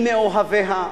אני מאוהביה,